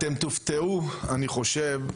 תופתעו אני חושב,